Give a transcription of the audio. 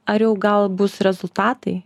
ar jau gal bus rezultatai